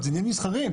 זה עניינים מסחריים,